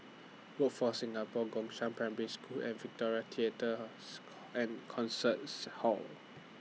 Workforce Singapore Gongshang Primary School and Victoria Theatres and Concerts Hall